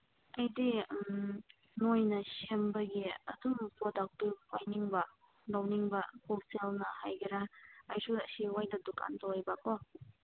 ꯑꯩꯗꯤ ꯅꯣꯏꯅ ꯁꯦꯝꯕꯒꯤ ꯑꯗꯨꯝꯕ ꯄ꯭ꯔꯗꯛꯇꯨ ꯄꯥꯏꯅꯤꯡꯕ ꯂꯧꯅꯤꯡꯕ ꯍꯣꯜꯁꯦꯜꯅ ꯍꯥꯏꯒꯦꯔꯥ ꯑꯩꯁꯨ ꯑꯁꯤꯋꯥꯏꯗ ꯗꯨꯀꯥꯟ ꯇꯧꯋꯦꯕꯀꯣ